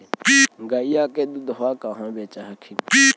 गईया के दूधबा कहा बेच हखिन?